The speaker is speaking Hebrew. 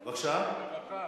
רווחה.